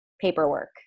paperwork